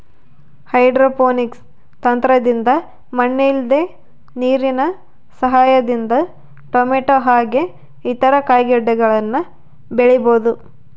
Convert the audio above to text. hydroponics ತಂತ್ರದಿಂದ ಮಣ್ಣಿಲ್ದೆ ನೀರಿನ ಸಹಾಯದಿಂದ ಟೊಮೇಟೊ ಹಾಗೆ ಇತರ ಕಾಯಿಗಡ್ಡೆಗಳನ್ನ ಬೆಳಿಬೊದು